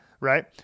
right